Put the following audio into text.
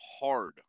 hard